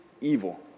evil